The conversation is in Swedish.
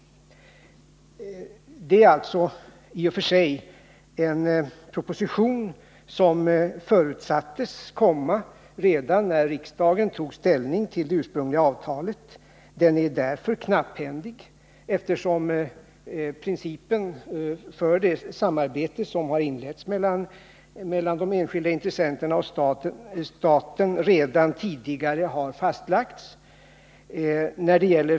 Det är alltså i och för sig en proposition som förutsattes komma redan när riksdagen tog ställning till det ursprungliga avtalet. Den är därför knapphändig, eftersom principen för det samarbete som har inletts mellan de enskilda intressenterna och staten redan tidigare har fastlagts.